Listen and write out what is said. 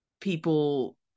people